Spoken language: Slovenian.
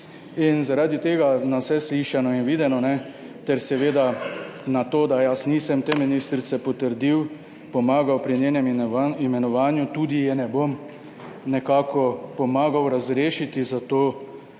In zaradi tega na vse slišano in videno ter seveda na to, da jaz nisem te ministrice potrdil, pomagal pri njenem imenovanju, tudi je ne bom nekako pomagal razrešiti, zato